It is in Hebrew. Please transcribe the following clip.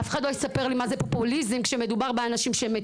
אף אחד לא יספר לי מה זה פופוליזם כשמדובר באנשים שמתים.